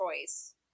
choice